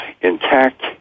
intact